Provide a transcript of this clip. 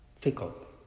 fickle